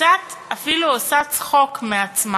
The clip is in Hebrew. קצת אפילו עושה צחוק מעצמה.